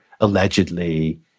allegedly